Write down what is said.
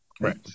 Right